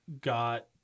got